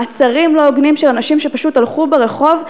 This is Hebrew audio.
מעצרים לא הוגנים של אנשים שפשוט הלכו ברחוב.